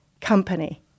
company